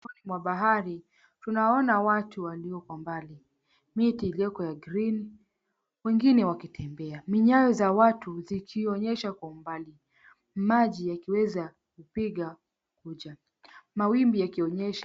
Ufukoni mwa bahari, tunaona watu walioko mbali. Miti iliyoko ya green . Wengine wakitembea, minyayo za watu zikionyesha kwa umbali. Maji yakiweza kupiga kuta, mawimbi yakionyesha.